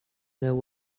know